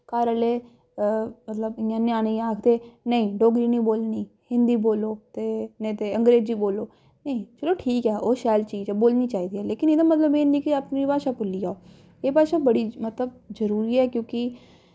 घर आह्ले मतलब इ'यां ञ्याणें गी आखदे नेईं डोगरी निं बोलनी हिन्दी बोलो ते अंग्रेजी बोलो चलो ठीक ऐ ओह् शैल चीज ऐ बोलनी चाहिदी लेकिन एह्दा मतलब एह् निं ऐ कि अपनी भाशा भुल्ली जाओ एह् भाशा बड़ी मतलब जरूरी ऐ क्योंकि